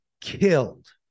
killed